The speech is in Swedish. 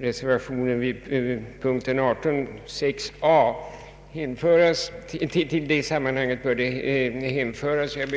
reservation a vid punkten 18, och jag kommer